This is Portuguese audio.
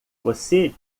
você